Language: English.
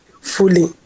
fully